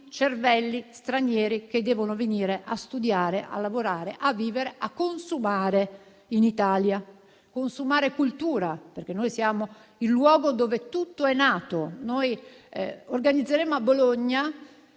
cervelli stranieri che devono venire a studiare, a lavorare, a vivere e a consumare in Italia. Intendo consumare cultura, perché noi siamo il luogo dove tutto è nato. Organizzeremo a Bologna